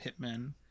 hitmen